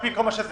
על פי כל דבר.